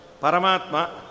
Paramatma